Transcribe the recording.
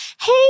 hey